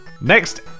next